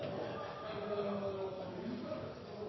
oss det. Den ene er å